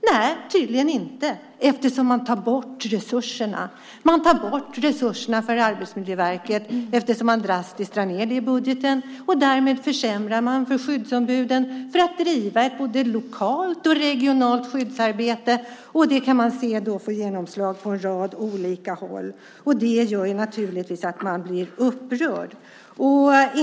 Nej, tydligen inte, eftersom man tar bort resurserna. Man tar bort resurserna för Arbetsmiljöverket eftersom man drastiskt drar ned dem i budgeten. Därmed försämrar man möjligheten för skyddsombuden att driva på lokalt och regionalt skyddsarbete, vilket får genomslag på en rad olika håll. Det gör naturligtvis att jag blir upprörd.